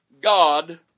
God